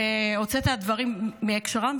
הוצאת דברים מהקשרם,